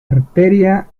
arteria